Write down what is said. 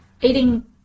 eating